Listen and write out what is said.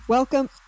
Welcome